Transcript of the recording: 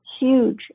huge